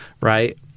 right